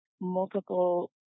multiple